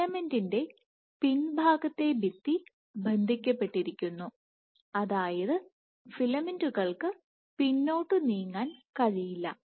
ഫിലമെന്റിന്റെ പിൻഭാഗത്തെ ഭിത്തി ബന്ധിക്കപ്പെട്ടിരിക്കുന്നു അതായത് ഫിലമെന്റുകൾക്ക് പിന്നോട്ട് നീങ്ങാൻ കഴിയില്ല